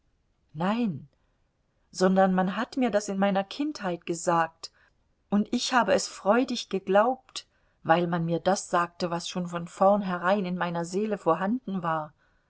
nein sondern man hat mir das in meiner kindheit gesagt und ich habe es freudig geglaubt weil man mir das sagte was schon von vornherein in meiner seele vorhanden war